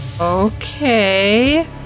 Okay